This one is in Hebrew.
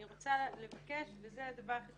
אני רוצה לבקש, וזה הדבר היחיד